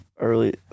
early